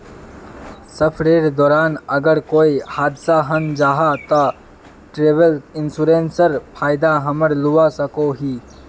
सफरेर दौरान अगर कोए हादसा हन जाहा ते ट्रेवल इन्सुरेंसर फायदा हमरा लुआ सकोही